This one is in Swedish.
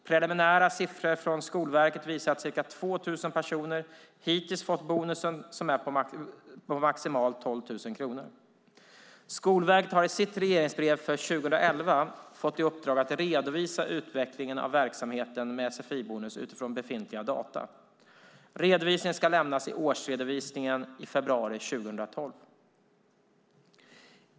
Preliminära siffror från Skolverket visar att ca 2 000 personer hittills fått bonusen som är på maximalt 12 000 kronor. Skolverket har i sitt regleringsbrev för 2011 fått i uppdrag att redovisa utvecklingen av verksamheten med sfi-bonus utifrån befintliga data. Redovisningen ska lämnas i årsredovisningen i februari 2012.